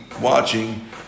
watching